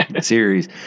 series